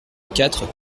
quatre